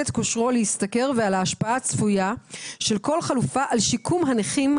את כושרו להשתכר ועל ההשפעה הצפויה של כל חלופה על שיקום הנכים,